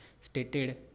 stated